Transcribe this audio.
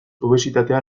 obesitatea